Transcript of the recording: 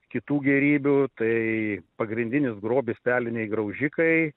kitų gėrybių tai pagrindinis grobis peliniai graužikai